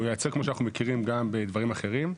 הוא ייעצר גם בדברים אחרים.